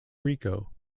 rico